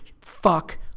Fuck